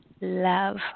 love